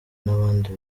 n’abandi